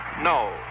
no